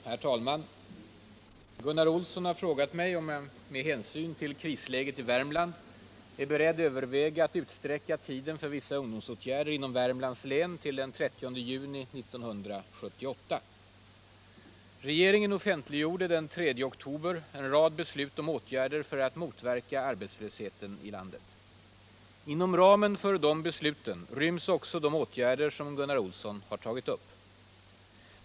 Herr talman! Gunnar Olsson har frågat mig om jag med hänsyn till krisläget i Värmland är beredd överväga att utsträcka tiden för vissa ungdomsåtgärder inom Värmlands län till den 30 juni 1978. Regeringen offentliggjorde den 3 oktober en rad beslut om åtgärder för att motverka arbetslösheten i landet. Inom ramen för dessa beslut ryms också de åtgärder som Gunnar Olsson har tagit upp.